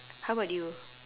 how about you